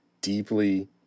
deeply